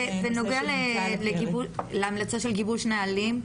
מה בנוגע להמלצה של גיבוש נהלים?